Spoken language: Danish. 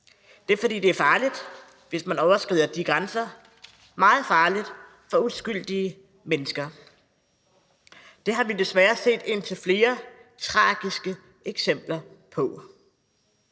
Det er, fordi det er farligt, hvis man overskrider de grænser – meget farligt for uskyldige mennesker. Det har vi desværre set indtil flere tragiske eksempler på.